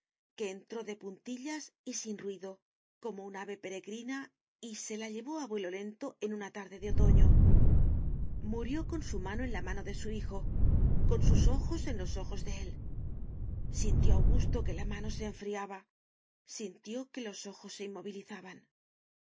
que entró de puntillas y sin ruido como un ave peregrina y se la llevó a vuelo lento en una tarde de otoño murió con su mano en la mano de su hijo con sus ojos en los ojos de él sintió augusto que la mano se enfriaba sintió que los ojos se inmovilizaban